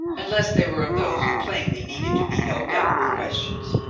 unless they were of those who plainly needed to be helped out with questions.